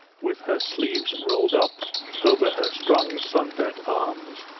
with her sleeves rolled up over her strong sunburnt arms,